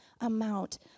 amount